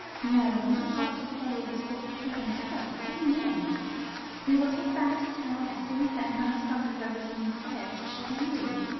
no, you have got to stay with us for ever and ever, amen we will take baba to town as soon as that nice dr. fergusson says she may move,